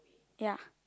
ya